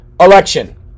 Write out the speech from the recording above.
election